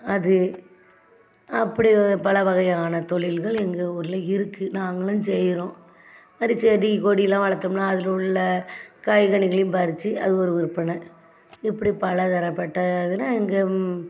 அது அப்படி பல வகையான தொழில்கள் எங்கள் ஊரில் இருக்குது நாங்களும் செய்கிறோம் அதுமாதிரி செடி கொடிலாம் வளர்த்தோம்னா அதில் உள்ள காய்கனிகளையும் பறித்து அது ஒரு விற்பனை இப்படி பலதரப்பட்ட இதில் இங்கே